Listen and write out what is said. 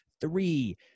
three